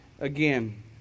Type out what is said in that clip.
again